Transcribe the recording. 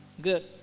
Good